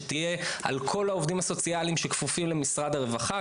שתהיה על כל העובדים הסוציאליים שכפופים למשרד הרווחה.